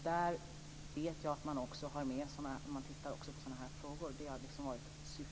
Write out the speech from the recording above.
Där vet jag att man också tittar närmare på sådana här frågor. Det har varit syftet.